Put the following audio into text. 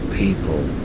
people